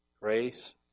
Grace